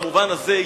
במובן הזה,